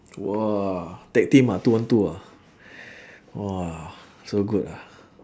!wah! tag team ah two on two ah !wah! so good ah